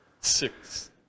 six